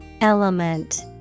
Element